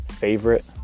favorite